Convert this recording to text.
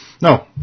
No